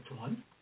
one